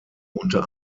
unter